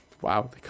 Wow